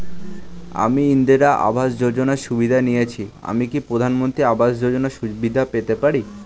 আমি ইন্দিরা আবাস যোজনার সুবিধা নেয়েছি আমি কি প্রধানমন্ত্রী আবাস যোজনা সুবিধা পেতে পারি?